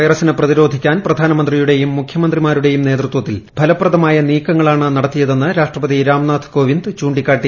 വൈറസിനെ പ്രതിരോധിക്കാൻ പ്രധാനമന്ത്രിയുടെയും മുഖ്യമന്ത്രിമാരുടെയും നേതൃത്വത്തിൽ ഫലപ്രദമായ നീക്കങ്ങളാണ് നടത്തിയതെന്ന് രാഷ്ട്രപതി രാംനാഥ് കോവിന്ദ് ചൂണ്ടിക്കാട്ടി